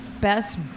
best